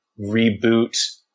reboot